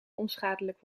onschadelijk